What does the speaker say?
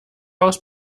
aus